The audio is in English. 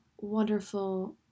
wonderful